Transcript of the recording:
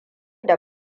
da